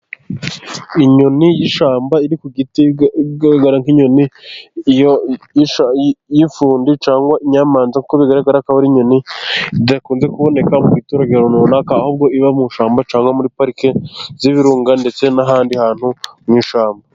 Inyoni y'ishyamba iri ku giti igaragara nk'inyoni y'ifundi, cyangwa inyamanza, kuko bigaragara ko aho ari inyoni idakunze kuboneka mu biturage runaka, ahubwo iba mu ishyamba cyangwa muri parike y'ibirunga ,ndetse n'ahandi hantu mu ishyamba.